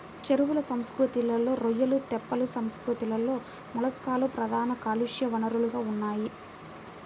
చెరువుల సంస్కృతిలో రొయ్యలు, తెప్పల సంస్కృతిలో మొలస్క్లు ప్రధాన కాలుష్య వనరులుగా ఉన్నాయి